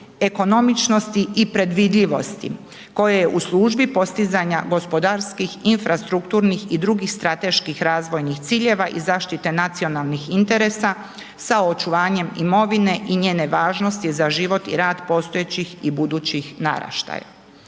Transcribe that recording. ekonomičnosti i predvidljivosti koje je u službi postizanja gospodarskih infrastrukturnih i drugih strateških razvojnih ciljeva i zaštite nacionalnih interesa sa očuvanjem imovine i njene važnosti za život i rad postojećih i budućih naraštaja.